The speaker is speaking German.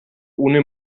ohne